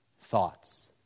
thoughts